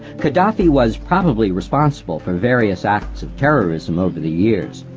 khadafi was probably responsible for various acts of terrorism over the years,